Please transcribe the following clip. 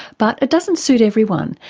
but it doesn't suit everyone,